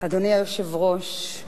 אדוני היושב-ראש,